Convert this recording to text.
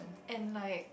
and like